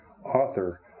author